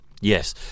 Yes